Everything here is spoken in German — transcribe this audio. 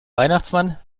weihnachtsmann